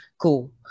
Cool